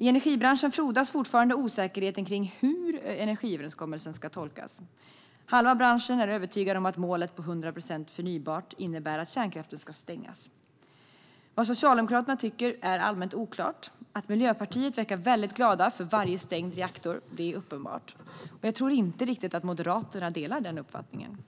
I energibranschen frodas fortfarande osäkerheten om hur energiöverenskommelsen ska tolkas. Halva branschen är övertygad om att målet om 100 procent förnybart innebär att kärnkraften ska stängas. Vad Socialdemokraterna tycker är allmänt oklart. Att miljöpartisterna verkar mycket glada för varje stängd reaktor är uppenbart. Jag tror inte att Moderaterna delar den uppfattningen.